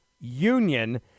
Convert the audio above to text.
union